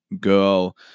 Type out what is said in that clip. girl